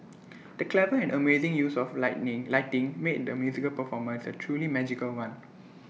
the clever and amazing use of lightning lighting made the musical performance A truly magical one